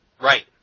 Right